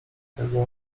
tego